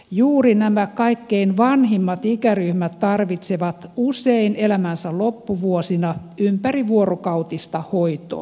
juuri nämä kaikkein vanhimmat ikäryhmät tarvitsevat usein elämänsä loppuvuosina ympärivuorokautista hoitoa